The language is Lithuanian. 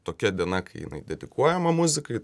tokia diena kai jinai dedikuojama muzikai